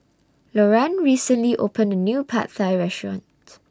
Loran recently opened A New Pad Thai Restaurant